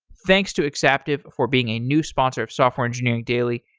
thanks to exaptive for being a new sponsor of software engineering daily.